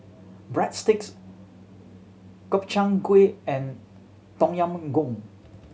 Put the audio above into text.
Breadsticks Gobchang Gui and Tom Yam Goong